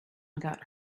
got